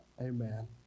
Amen